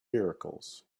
miracles